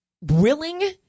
willing